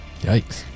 Yikes